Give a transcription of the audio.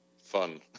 fun